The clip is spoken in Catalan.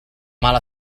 mal